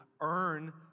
earn